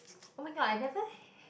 oh-my-god I never ha~